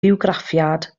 bywgraffiad